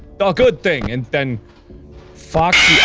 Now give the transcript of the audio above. ah good thing and then foxy